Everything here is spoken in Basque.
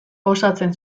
osatzen